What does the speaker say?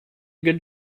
good